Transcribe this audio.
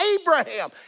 Abraham